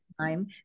time